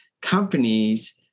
companies